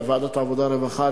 ועדת העבודה והרווחה,